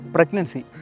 Pregnancy